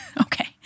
Okay